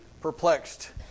perplexed